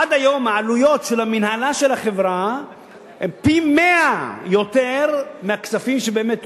עד היום העלויות של המינהלה של החברה הן פי-מאה מהכספים שבאמת אותרו.